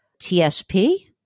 TSP